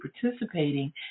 participating